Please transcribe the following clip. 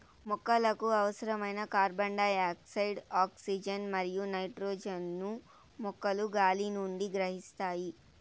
మొక్కలకు అవసరమైన carbon dioxide, oxygen మరియు నైట్రోజన్ ను మొక్కలు గాలి నుండి గ్రహిస్తాయి